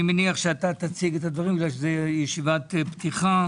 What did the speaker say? אני מניח שאתה תציג את הדברים זו ישיבת פתיחה,